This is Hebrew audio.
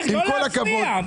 לא להפריע.